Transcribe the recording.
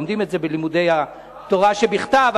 לומדים את זה בלימודי התורה שבכתב,